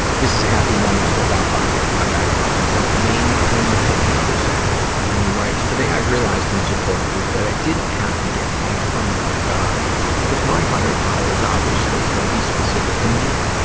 this is a happy moment filled out by a guy who calls himself maine coon kitten for sale. and he writes, today i realized in a support group that i didn't have to get hung up on the word god because my higher power is obviously gonna be specific to me.